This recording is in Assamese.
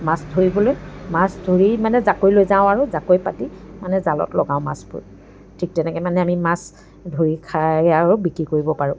মাছ ধৰিবলৈ মাছ ধৰি মানে জাকৈ লৈ যাওঁ আৰু জাকৈ পাতি মানে জাকৈত লগাওঁ মাছবোৰ ঠিক তেনেকৈ মানে আমি মাছ ধৰি খাই আৰু বিকি কৰিব পাৰোঁ